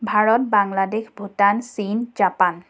ভাৰত বাংলাদেশ ভূটান চীন জাপান